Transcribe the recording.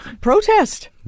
protest